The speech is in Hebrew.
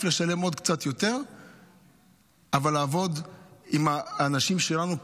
לשלם קצת יותר אבל לעבוד עם האנשים שלנו פה,